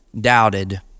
doubted